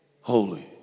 holy